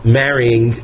marrying